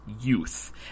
youth